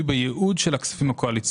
ידי אבי שמעולם לא היו כספים קואליציוניים